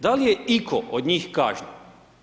Da li je i'ko od njih kažnjen?